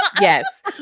yes